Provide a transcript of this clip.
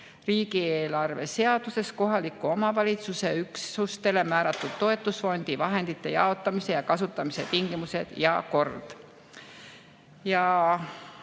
"Riigieelarve seaduses kohaliku omavalitsuse üksustele määratud toetusfondi vahendite jaotamise ja kasutamise tingimused ja kord".